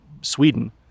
Sweden